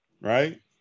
Right